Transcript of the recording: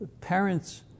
parents